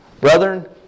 brethren